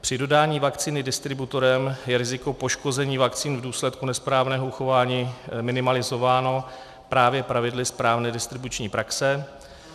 Při dodání vakcíny distributorem je riziko poškození vakcín v důsledku nesprávného uchování minimalizováno právě pravidly správné distribuční praxe,